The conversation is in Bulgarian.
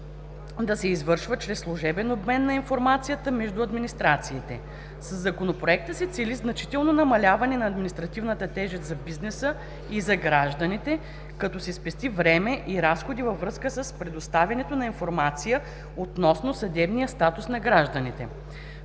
да се извършва чрез служебен обмен на информацията между администрациите. Със Законопроекта се цели значително намаляване на административната тежест за бизнеса и за гражданите, като се спести време и разходи във връзка с предоставянето на информация относно съдебния статус на гражданите.